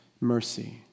mercy